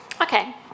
Okay